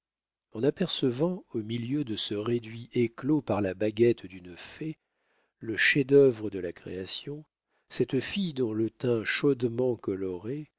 en apercevant au milieu de ce réduit éclos par la baguette d'une fée le chef-d'œuvre de la création cette fille dont le teint chaudement coloré